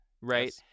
right